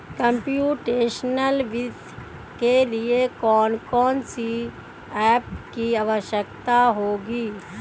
Computational वित्त के लिए कौन कौन सी एप की आवश्यकता होगी?